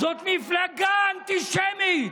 זאת מפלגה אנטישמית.